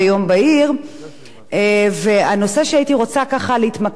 הנושא שהייתי רוצה להתמקד בו עכשיו הוא דווקא הנושא